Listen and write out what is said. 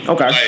Okay